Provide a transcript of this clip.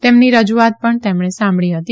તેમની રજુઆત પણ તેમણે સાંભળી હતી